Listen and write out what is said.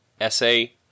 Essay